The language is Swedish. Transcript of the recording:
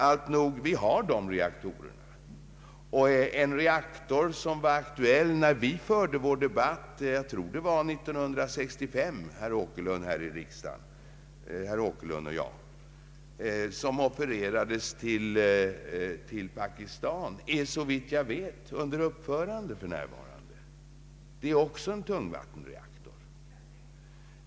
Alltnog: man har dessa reaktorer. En tungvattenreaktor som var aktuell när herr Åkerlund och jag förde vår debatt här i riksdagen — jag tror det var 1965 — och som offererades till Pakistan är såvitt jag vet för närvarande under uppförande. Det är också en tungvattenreaktor.